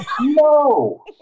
no